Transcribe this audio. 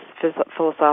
philosophical